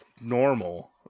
normal